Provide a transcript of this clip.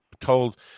told